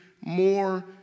more